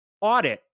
audit